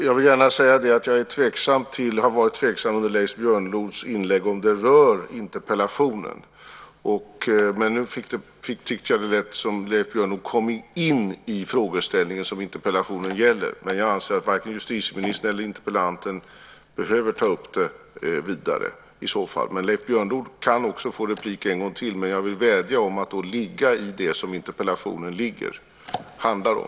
Jag vill gärna säga att jag under Leif Björnlods anförande har varit tveksam till huruvida det rör interpellationen. Nu tyckte jag att det lät som om Leif Björnlod kom in i den frågeställning som interpellationen gäller, men jag anser att varken justitieministern eller interpellanten behöver ta upp detta vidare. Leif Björnlod kan få ett ytterligare inlägg, men jag vill vädja om att detta då ligger inom det som interpellationen handlar om.